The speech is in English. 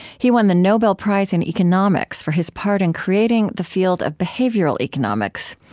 he won the nobel prize in economics for his part in creating the field of behavioral economics.